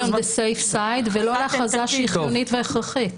on the safe side ולא להכרזה שהיא חיונית והכרחית.